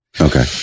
Okay